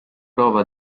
prova